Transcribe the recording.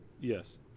Yes